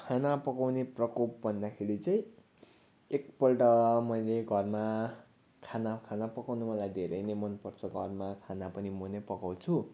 खाना पकाउने प्रकोप भन्दाखेरि चाहिँ एकपल्ट मैले घरमा खाना खाना पकाउनु मलाई धेरै नै मन पर्छ घरमा खाना पनि म नै पकाउँछु